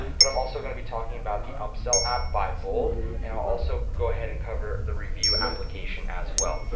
but i'm also gonna be talking about the upsell app by bold, and i'll also go ahead and cover the review application application as well.